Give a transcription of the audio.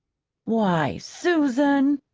why, susan!